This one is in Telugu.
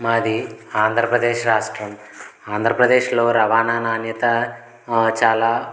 మాది ఆంధ్రప్రదేశ్ రాష్ట్రం ఆంధ్రప్రదేశ్లో రవాణా నాణ్యత చాలా